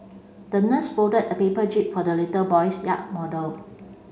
the nurse folded a paper jib for the little boy's yacht model